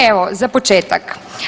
Evo za početak.